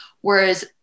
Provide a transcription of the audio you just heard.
Whereas